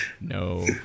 No